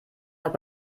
hat